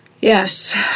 Yes